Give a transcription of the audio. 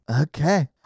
Okay